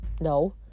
no